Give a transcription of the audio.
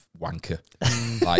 wanker